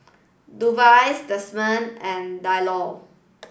Dovies Desmond and Diallo